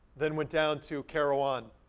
then went down to kairouan,